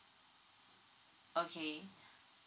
okay